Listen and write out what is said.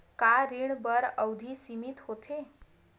का ऋण बर अवधि सीमित होथे?